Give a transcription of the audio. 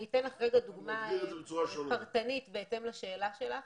אני אתן לך דוגמה פרטנית בהתאם לשאלה שלך.